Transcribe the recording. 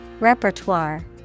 Repertoire